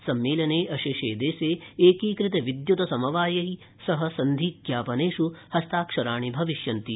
सम्मेलने अशेषे देशे एकीकृत विद्युत समवायैः सह सन्धि ज्ञापनेष् हस्ताक्षराणि भविष्यन्ति